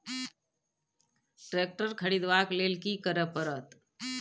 Tractor खरीदबाक लेल की करय परत?